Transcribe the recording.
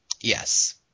Yes